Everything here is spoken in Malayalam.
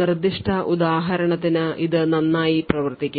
നിർദ്ദിഷ്ട ഉദാഹരണത്തിന് ഇത് നന്നായി പ്രവർത്തിക്കും